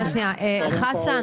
חסן,